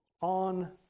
on